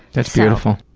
that's beautiful.